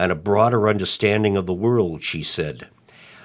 and a broader understanding of the world she said